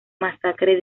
masacre